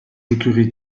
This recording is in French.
écuries